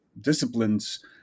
disciplines